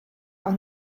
auch